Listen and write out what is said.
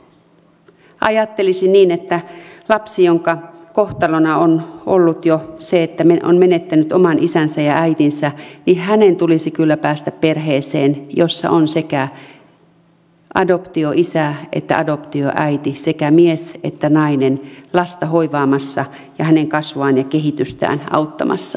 ajattelisin niin että lapsen jonka kohtalona on jo ollut se että on menettänyt oman isänsä ja äitinsä tulisi kyllä päästä perheeseen jossa on sekä adoptioisä että adoptioäiti sekä mies että nainen lasta hoivaamassa ja hänen kasvuaan ja kehitystään auttamassa